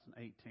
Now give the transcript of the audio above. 2018